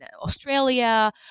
Australia